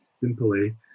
simply